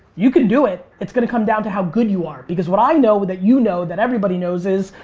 you can do it, it's going to come down to how good you are because what i know that you know that everybody knows is,